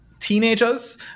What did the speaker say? teenagers